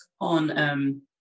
on